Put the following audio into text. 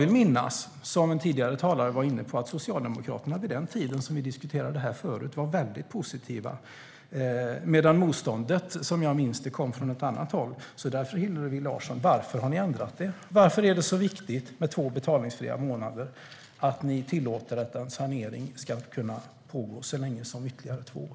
Liksom en tidigare talare vill jag minnas att Socialdemokraterna på den tiden vi diskuterade detta var väldigt positiva och att motståndet kom från ett annat håll. Varför har ni ändrat er, Hillevi Larsson? Varför är det så viktigt med två betalningsfria månader att ni tillåter att en sanering ska kunna pågå i ytterligare två år?